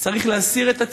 אז צריך להסיר את הציציות,